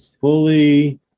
fully